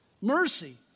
mercy